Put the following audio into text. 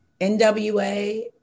NWA